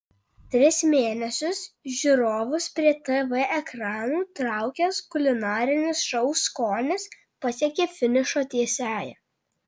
tris mėnesius žiūrovus prie tv ekranų traukęs kulinarinis šou skonis pasiekė finišo tiesiąją